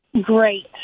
Great